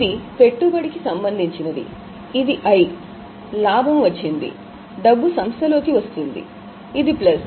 ఇది పెట్టుబడికి సంబంధించినది ఇది I లాభం ఉంది డబ్బు అలా వస్తోంది ఇది ప్లస్